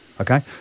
Okay